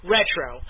Retro